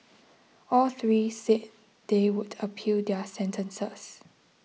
all three said they would appeal their sentences